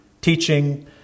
teaching